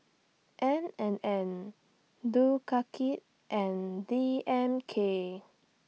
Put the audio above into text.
N and N and D M K